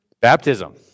Baptism